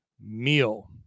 meal